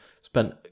spent